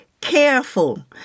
careful